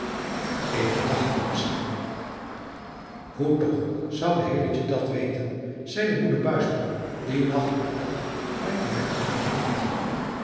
ik dacht het misschien hoe toch zoude hilletje dat weten zeide moeder buisman die nacht noch dag buiten mijne kamer komt